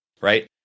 right